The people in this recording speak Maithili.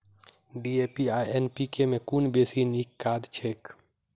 डी.ए.पी आ एन.पी.के मे कुन बेसी नीक खाद छैक?